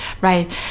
right